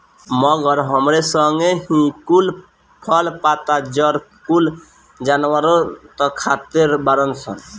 मगर हमरे संगे एही कुल फल, पत्ता, जड़ कुल जानवरनो त खाते बाड़ सन